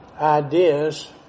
ideas